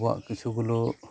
ᱟᱵᱚᱣᱟᱜ ᱠᱤᱪᱷᱩᱜᱩᱞᱳ